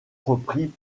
repris